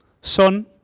Son